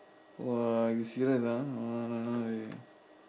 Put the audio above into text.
!wah! you serious !wah!